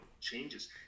changes